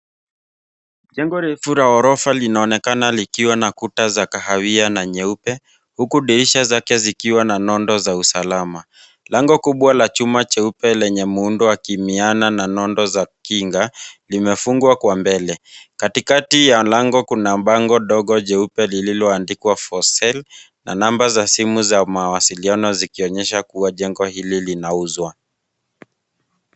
Jengo refu la ghorofa linaonekana likiwa na kuta za kahawia na nyeupe, huku dirisha zake zikiwa na nondo za usalama. Lango kubwa la chuma cheupe lenye muundo wa kimiana na nondo za kinga, limefungwa kwa mbele katikati ya lango kuna bango ndogo jeupe lililoandokwa for sale , na namba za simu za mawasiliano zikionyesha kuwa jengo hili linauzwa.